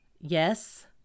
Yes